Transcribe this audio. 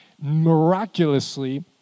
miraculously